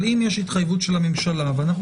אבל אם יש פה התחייבות של הממשלה ואנחנו